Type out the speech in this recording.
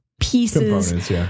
pieces